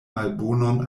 malbonon